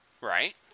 Right